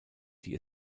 die